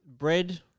Bread